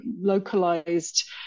localized